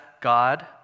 God